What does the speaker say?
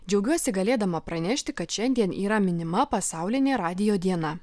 džiaugiuosi galėdama pranešti kad šiandien yra minima pasaulinė radijo diena